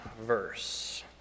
verse